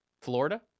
Florida